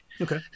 Okay